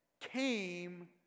came